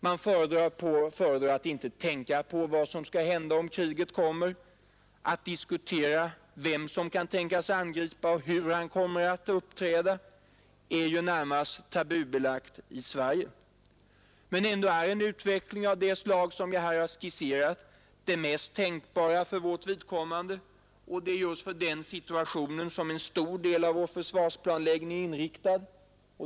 Man föredrar att inte tänka på vad som kommer att hända om kriget kommer. Att diskutera vem som kan tänkas angripa och hur han kommer att uppträda är ju närmast tabubelagt i Sverige. Men ändå är en utveckling av det slag som jag här har skisserat den mest tänkbara för vårt vidkommande, och det är just på den situationen som en stor del av vår försvarsplanläggning är inriktad.